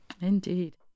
Indeed